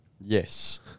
Yes